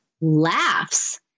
laughs